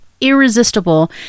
irresistible